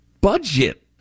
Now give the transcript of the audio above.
budget